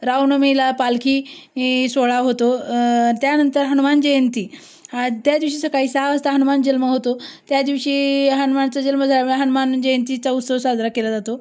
रावनवमीला पालखी ई सोहळा होतो त्यानंतर हनुमान जयंती त्यादिवशी सकाळी सहा वासता हनुमानजल्म होतो त्यादिवशी हनुमानाचा जल्म झाल्या हनुमान जयंतीचा उत्सव साजरा केला जातो